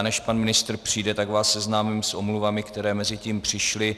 Než pan ministr přijde, tak vás seznámím s omluvami, které mezitím přišly.